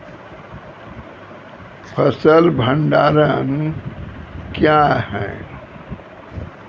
फसल भंडारण क्या हैं?